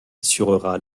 assurera